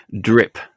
drip